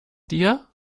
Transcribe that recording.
dir